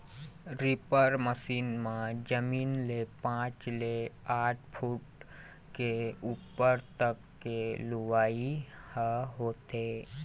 reaper machine म जमीन ले पाँच ले आठ फूट के उप्पर तक के लुवई ह होथे